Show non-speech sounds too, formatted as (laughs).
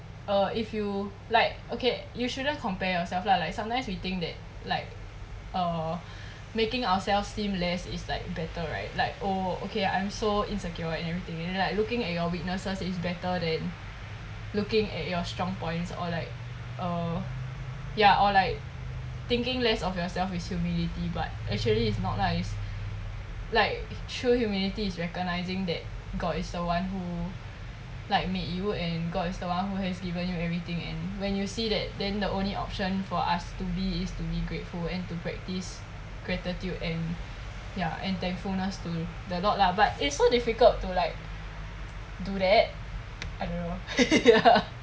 err if you like okay you shouldn't compare yourself lah like sometimes we think that like err making ourselves seem less is like better right like oh okay I'm so insecure and everything you like you know looking at your weaknesses is better than looking at your strong points or like err ya or like thinking less of yourself is humility but actually it's not nice like if true humility is recognizing that god is the one who like made you and god is the one who has given you everything and when you see that then the only option for us is to be grateful and to practice gratitude and ya and thankfulness to the lord lah but it's so difficult to like do that I don't know (laughs)